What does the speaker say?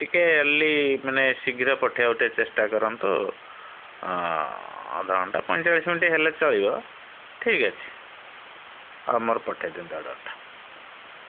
ଟିକେ ଆର୍ଲି ମାନେ ଶୀଘ୍ର ପଠେଇବାକୁ ଟିକେ ଚେଷ୍ଟା କରନ୍ତୁ ଅଧ ଘଣ୍ଟା ପଇଁଚାଳିଶ ମିନିଟ୍ ହେଲେ ଚଳିବ ଠିକ୍ ଅଛି ମୋର ପଠେଇ ଦିଅନ୍ତୁ ଅର୍ଡ଼ର୍ଟା